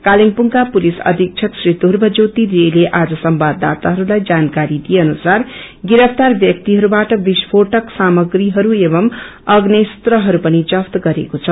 कालेबुङ्का police अविक्षक श्री धुर्क ज्योति दे ते आज संवाददाताहरूलाई जानकारी दिए अनुसार गिरफ्तार ब्यक्तिहरूबाट विस्प्रेटक सामग्रीहरू एव आग्नोस्व्रहरू पनि जफ्त गरेको छ